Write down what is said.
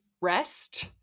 rest